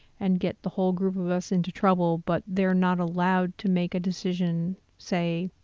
and get the whole group of us into trouble, but they're not allowed to make a decision, say,